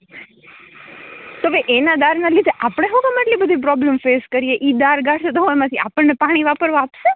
તો ભઈ એના દાળના લીધે આપડે હું કામ અટલી બધી પ્રોબ્લ્મ ફેસ કરીયે ઇ દાળ ગારસે હું દુકાન માંથી આપણ ને પાણી વાપરવા આપસે